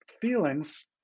feelings